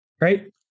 right